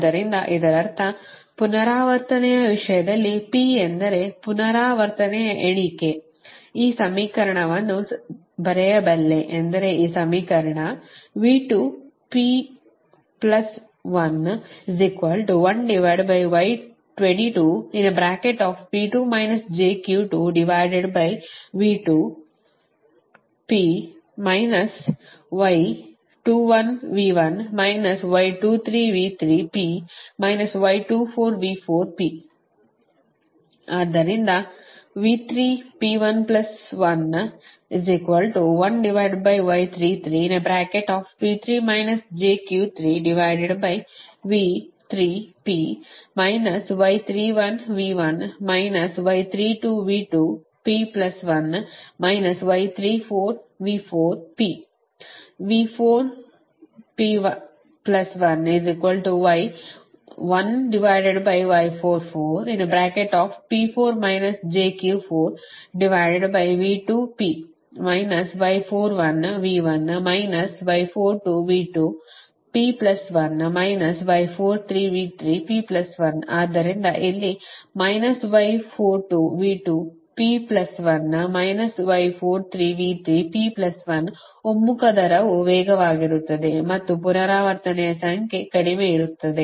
ಆದ್ದರಿಂದ ಇದರರ್ಥ ಪುನರಾವರ್ತನೆಯ ವಿಷಯದಲ್ಲಿ P ಎಂದರೆ ಪುನರಾವರ್ತನೆ ಎಣಿಕೆ ಈ ಸಮೀಕರಣವನ್ನು ಬರೆಯಬಲ್ಲೆ ಎಂದರೆ ಈ ಸಮೀಕರಣ ಆದ್ದರಿಂದ ಆದ್ದರಿಂದ ಇಲ್ಲಿ ಒಮ್ಮುಖ ದರವು ವೇಗವಾಗಿರುತ್ತದೆ ಮತ್ತು ಪುನರಾವರ್ತನೆಯ ಸಂಖ್ಯೆ ಕಡಿಮೆ ಇರುತ್ತದೆ